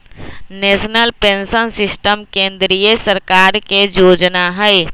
national pension system केंद्रीय सरकार के जोजना हइ